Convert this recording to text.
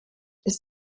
ist